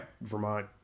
Vermont